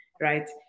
right